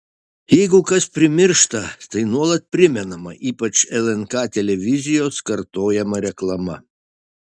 jeigu kas primiršta tai nuolat primenama ypač lnk televizijos kartojama reklama